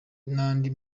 n’andi